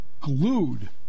glued